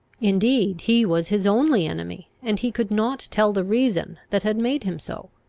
indeed he was his only enemy, and he could not tell the reason that had made him so.